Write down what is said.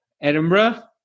Edinburgh